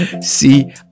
See